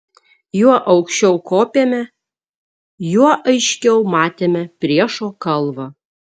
juo aukščiau kopėme juo aiškiau matėme priešo kalvą